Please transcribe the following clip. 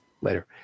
later